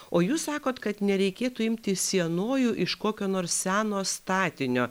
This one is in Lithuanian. o jūs sakot kad nereikėtų imti sienojų iš kokio nors seno statinio